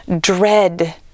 dread